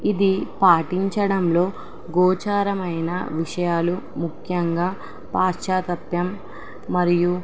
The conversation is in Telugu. ఇది పాటించడంలో గోచరమైన విషయాలు ముఖ్యంగా పశ్చాత్తాపం మరియు